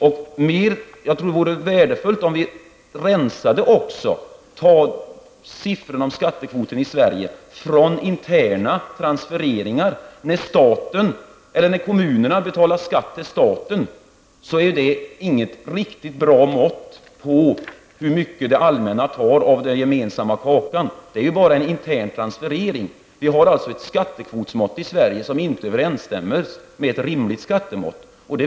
Jag tror att det vore värdefullt om vi rensade siffrorna om skattekvoten i Sverige från interna transfereringar. Det kommunerna betalar i skatt till staten är inget riktigt bra mått på hur mycket det allmänna tar av den gemensamma kakan. Det är bara en intern transferering. Vi har alltså ett mått på skattekvoten i Sverige som inte överensstämmer med ett rimligt skattemått.